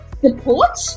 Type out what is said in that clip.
support